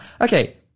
okay